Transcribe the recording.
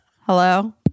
hello